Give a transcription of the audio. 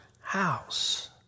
house